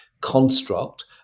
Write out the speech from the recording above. construct